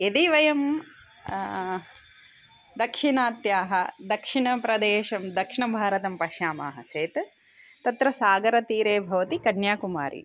यदि वयं दक्षिणात्याः दक्षिणप्रदेशं दक्षिणभारतं पश्यामः चेत् तत्र सागरतीरे भवति कन्याकुमारि